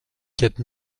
quatre